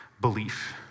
belief